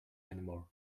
anymore